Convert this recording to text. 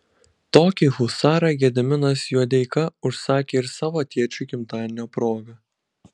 tokį husarą gediminas juodeika užsakė ir savo tėčiui gimtadienio proga